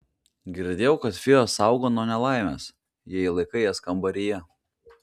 girdėjau kad fėjos saugo nuo nelaimės jei laikai jas kambaryje